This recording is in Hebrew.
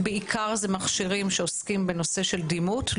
זה בעיקר מכשירים שעוסקים בנושא של דימות,